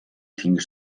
тэнгэр